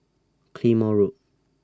Claymore Road